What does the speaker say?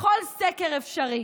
בכל סקר אפשרי,